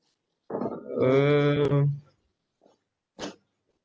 um